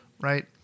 right